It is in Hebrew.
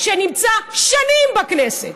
שנמצא שנים בכנסת,